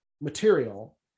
material